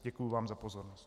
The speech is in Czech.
Děkuji vám za pozornost.